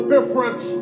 difference